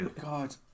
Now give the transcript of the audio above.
God